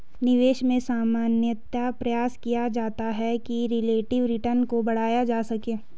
निवेश में सामान्यतया प्रयास किया जाता है कि रिलेटिव रिटर्न को बढ़ाया जा सके